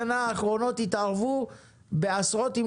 כי ב-20 השנה האחרונות התערבו בעשרות אם